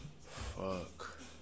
Fuck